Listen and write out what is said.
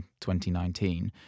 2019